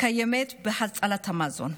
הקיימת בהצלת המזון,